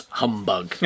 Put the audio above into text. humbug